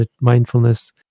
mindfulness